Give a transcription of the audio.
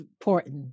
important